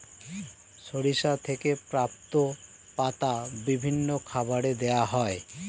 সরিষা থেকে প্রাপ্ত পাতা বিভিন্ন খাবারে দেওয়া হয়